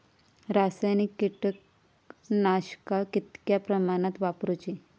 रासायनिक कीटकनाशका कितक्या प्रमाणात वापरूची?